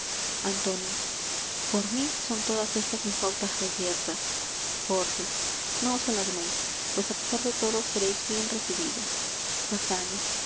antonio por mí son todas estas infaustas reyertas pórcia no os alarmeis pues á pesar de todo sereis bien recibido